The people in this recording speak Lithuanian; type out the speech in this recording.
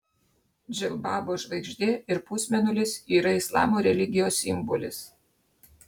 džilbabo žvaigždė ir pusmėnulis yra islamo religijos simbolis